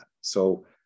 So-